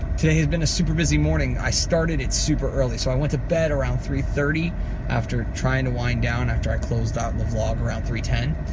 today has been a super busy morning. i started it super early. so, i went to bed around three thirty after trying to wind down after i closed out the vlog around three ten.